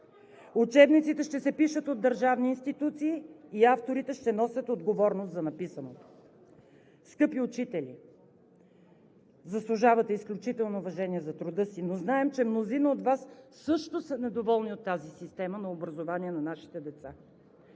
Учебниците ще се пишат от държавни институции и авторите ще носят отговорност за написаното. Скъпи учители, заслужавате изключително уважение за труда си, но знаем, че мнозина от Вас също са недоволни от тази система на образование на нашите деца.